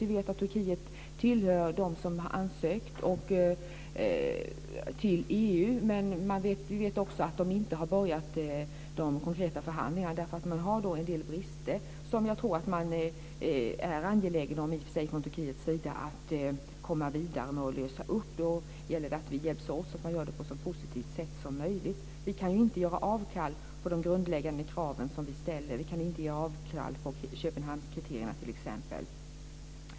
Vi vet att Turkiet tillhör de länder som har ansökt om medlemskap i EU. Men vi vet också att några konkreta förhandlingar inte har påbörjats därför att man har en del brister som jag tror att man är angelägen om från Turkiets sida att komma till rätta med. Då gäller det att vi hjälps åt så att det sker på ett så positivt sätt som möjligt. Vi kan ju inte göra avkall på de grundläggande kraven som vi ställer. Vi kan inte göra avkall på Köpenhamnskriterierna t.ex.